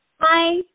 Hi